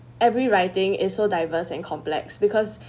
every writing is so diverse and complex because